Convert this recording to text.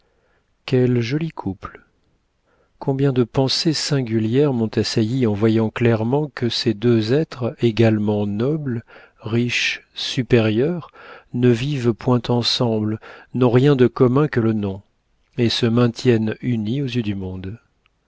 quel joli couple combien de pensées singulières m'ont assaillie en voyant clairement que ces deux êtres également nobles riches supérieurs ne vivent point ensemble n'ont rien de commun que le nom et se maintiennent unis aux yeux du monde